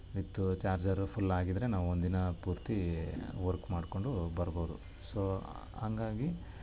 ವಿತ್ತು charger full ಆಗಿದ್ದರೆ ನಾವು ಒಂದಿನ ಪೂರ್ತಿ ವರ್ಕ್ ಮಾಡಿಕೊಂಡು ಬರ್ಬೋದು ಸೊ ಹಾಗಾಗಿ